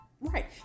Right